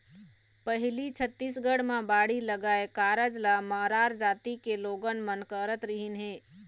पहिली छत्तीसगढ़ म बाड़ी लगाए कारज ल मरार जाति के लोगन मन करत रिहिन हे